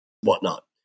whatnot